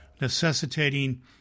necessitating